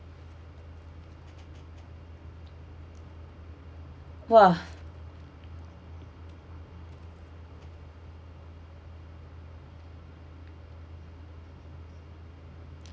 !wah!